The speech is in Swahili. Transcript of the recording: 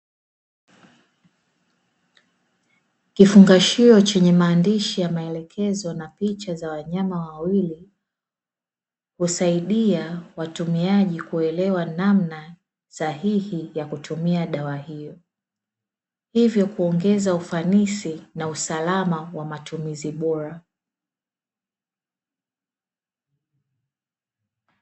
Kifungashio chenye maandishi ya maelekezo na picha za wanyama wawili, husaidia watumiaji kuelewa namna sahihi ya kutumia dawa hiyo, hivyo kuongeza ufanisi na usalama wa matumizi bora.